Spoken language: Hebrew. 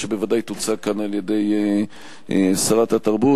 שבוודאי תוצג כאן על-ידי שרת התרבות.